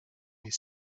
his